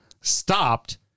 stopped